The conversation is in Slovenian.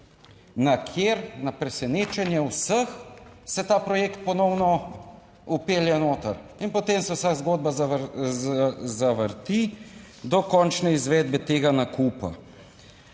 na kjer na presenečenje vseh se ta projekt ponovno vpelje noter in potem se vsa zgodba zavrti do končne izvedbe tega nakupa.